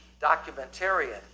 documentarian